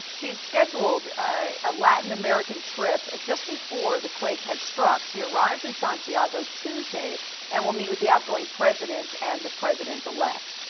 she's scheduled ah, a latin american trip just before the quake had struck. she arrives in santiago tuesday and will meet with the outgoing president and the president elect.